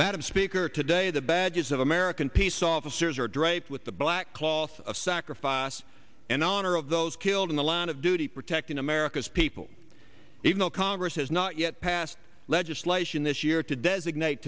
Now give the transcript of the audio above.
madam speaker today the badges of american peace officers are draped with the black cloth of sacrifice and honor of those killed in the line of duty protecting america's people even though congress has not yet passed legislation this year to designate